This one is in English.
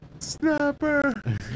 Snapper